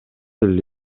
эле